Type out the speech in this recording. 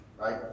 right